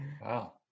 Wow